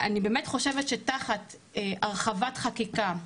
אני באמת חושבת שתחת הרחבת חקיקה,